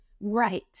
right